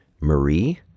Marie